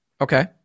Okay